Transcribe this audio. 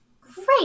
great